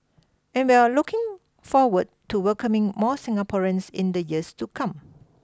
and we're looking forward to welcoming more Singaporeans in the years to come